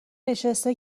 نشسته